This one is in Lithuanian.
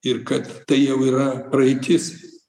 ir kad tai jau yra praeitis